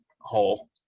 hole